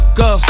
go